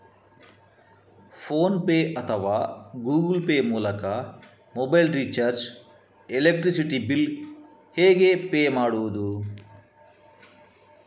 Phone pay ಅಥವಾ Google Pay ಮೂಲಕ mobile recharge, electricity bill ಹೇಗೆ ಪೇ ಮಾಡುವುದು?